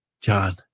John